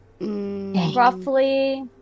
Roughly